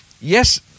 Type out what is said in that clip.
yes